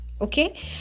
Okay